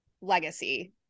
legacy